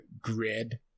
grid